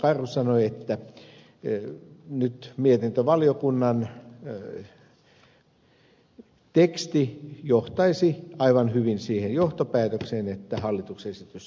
karhu sanoi että nyt mietintövaliokunnan teksti johtaisi aivan hyvin siihen johtopäätökseen että hallituksen esitys hylätään